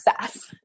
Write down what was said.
success